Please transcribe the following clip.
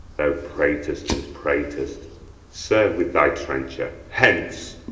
thou prat'st and prat'st serve with thy trencher, hence!